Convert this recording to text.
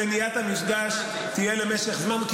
שמניעת המפגש תהיה למשך זמן --- בלב שלם אצביע נגד.